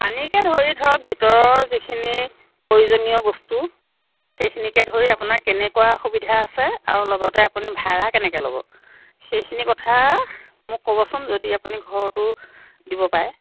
পানীকে ধৰি ধৰক ভিতৰৰ যিখিনি প্ৰয়োজনীয় বস্তু সেইখিনিকে ধৰি আপোনাৰ কেনেকুৱা সুবিধা আছে আৰু লগতে আপুনি ভাড়া কেনেকৈ ল'ব সেইখিনি কথা মোক ক'বচোন যদি আপুনি ঘৰটো দিব পাৰে